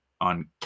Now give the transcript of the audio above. on